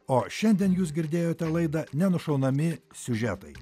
o šiandien jūs girdėjote laidą nenušaunami siužetai